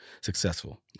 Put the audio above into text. successful